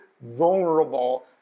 vulnerable